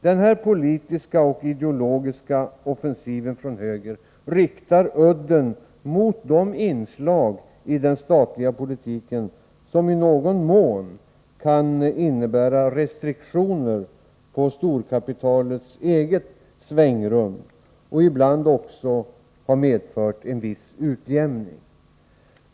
Denna politiska och ideologiska offensiv från höger riktar udden mot de inslag i den statliga politiken som i någon mån kan innebära restriktioner för storkapitalets eget svängrum och som ibland också har medfört en viss utjämning.